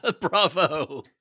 Bravo